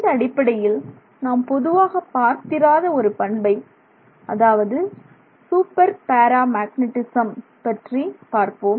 இந்த அடிப்படையில் நாம் பொதுவாக பார்த்திராத ஒரு பண்பை அதாவது சூப்பர் பேரா மேக்னெட்டிசம் பற்றி பார்ப்போம்